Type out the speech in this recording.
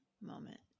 moment